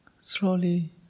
slowly